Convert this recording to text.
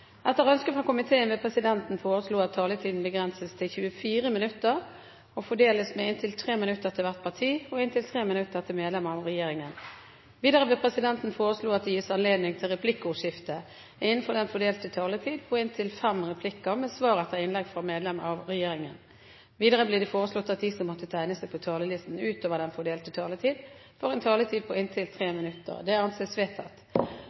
Etter ønske fra energi- og miljøkomiteen vil presidenten foreslå at taletiden begrenses til 24 minutter og fordeles med inntil 3 minutter til hvert parti og inntil 3 minutter til medlem av regjeringen. Videre vil presidenten foreslå at det gis anledning til replikkordskifte på inntil fem replikker med svar etter innlegg fra medlem av regjeringen innenfor den fordelte taletid. Videre blir det foreslått at de som måtte tegne seg på talerlisten utover den fordelte taletid, får en taletid på inntil 3 minutter. – Det anses vedtatt.